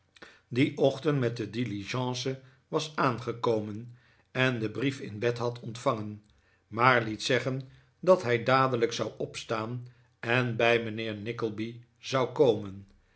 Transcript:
dien ochtend met de diligence was aangekomen en den brief in bed had ontvangen maar liet zeggen dat hij dadelijk zou opstaan en bij mijnheer nickleby zou komen